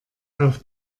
auf